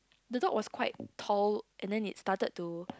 the dog was quite tall and then it started to